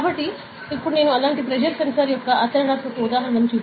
కాబట్టి ఇప్పుడు నేను అలాంటి ప్రెజర్ సెన్సార్ యొక్క ఆచరణాత్మక ఉదాహరణను చూపిస్తాను